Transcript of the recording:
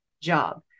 job